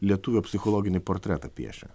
lietuvių psichologinį portretą piešia